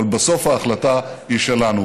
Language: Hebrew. אבל בסוף ההחלטה היא שלנו,